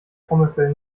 trommelfell